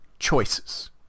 choices